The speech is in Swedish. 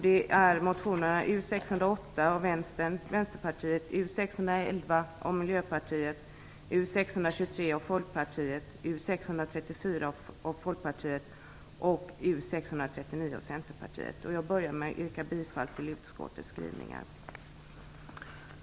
Det är motionerna U608 från Vänsterpartiet, U611 från från Centerpartiet. Jag börjar med att yrka bifall till utskottets skrivningar.